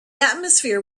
atmosphere